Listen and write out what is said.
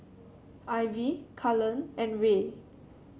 Ivey Cullen and Rae